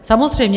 Samozřejmě.